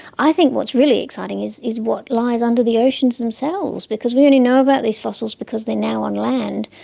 i think what's really exciting is is what lies under the oceans themselves because we only know about these fossils because they are now on land,